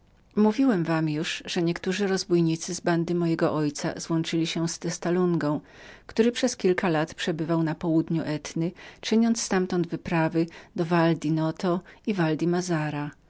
mówiłem wam już że niektórzy rozbójnicy z bandy mojego ojca złączyli się z testa lungą który przez kilka lat przebywał na południu etny czyniąc nieustannie wycieczki na val di noto i val di mazara